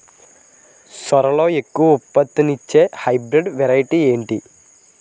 సోరలో ఎక్కువ ఉత్పత్తిని ఇచే హైబ్రిడ్ వెరైటీ ఏంటి?